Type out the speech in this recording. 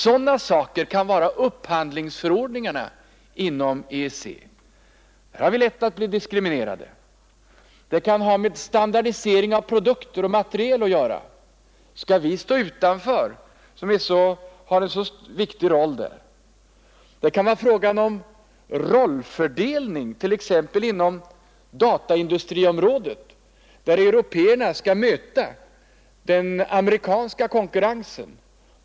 Sådana beslut kan vara upphandlingsförordningarna inom EEC; där har vi lätt att bli diskriminerade. De kan ha med standardisering av produkter och materiel att göra. Skall vi stå utanför, som har en så viktig roll i det sammanhanget? Det kan vara fråga om rollfördelning, t.ex. inom dataindustriområdet, där européerna skall möta den amerikanska konkurrensen.